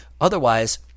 Otherwise